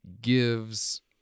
gives